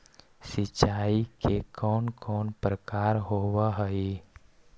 सिंचाई के कौन कौन प्रकार होव हइ?